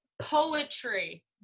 poetry